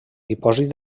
dipòsit